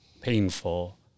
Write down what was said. painful